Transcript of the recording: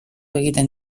egiten